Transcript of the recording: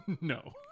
No